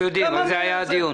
אנחנו יודעים, על זה הדיון.